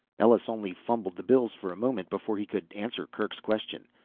ellus only fumbled the bills for a moment before he could answer kerk's question.